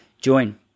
join